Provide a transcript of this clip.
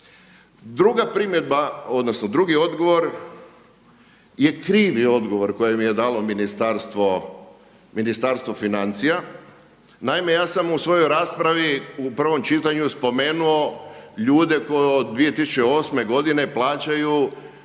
drugi odgovor je krivi odgovor koje mi je dalo Ministarstvo financija. Naime, ja sam u svojoj raspravi u prvom čitanju spomenuo ljude koji od 2008. godine plaćaju